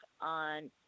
on